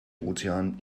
ozean